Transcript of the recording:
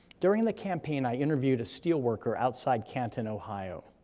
during the campaign, i interviewed a steel worker outside canton, ohio.